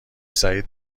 سعید